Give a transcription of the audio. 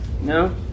No